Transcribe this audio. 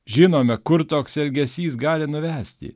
žinome kur toks elgesys gali nuvesti